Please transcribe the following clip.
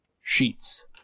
sheets